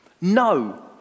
no